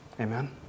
Amen